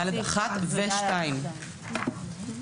ד(1) ו-(2).